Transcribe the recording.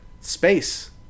Space